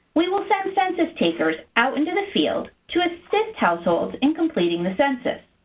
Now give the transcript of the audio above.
we will send census takers out into the field to assist households in completing the census.